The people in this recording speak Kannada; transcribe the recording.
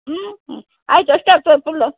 ಹ್ಞೂ ಹ್ಞೂ ಆಯಿತು ಎಷ್ಟು ಆಗ್ತದೆ ಫುಲ್ಲು